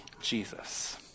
Jesus